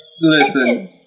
listen